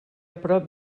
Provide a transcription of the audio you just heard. prop